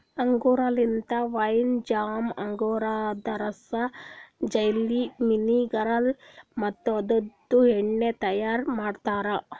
ಅಂಗೂರ್ ಲಿಂತ wine, jam, ಅಂಗೂರದ ರಸ, ಜೆಲ್ಲಿ, ವಿನೆಗರ್ ಮತ್ತ ಅದುರ್ದು ಎಣ್ಣಿ ತೈಯಾರ್ ಮಾಡ್ತಾರ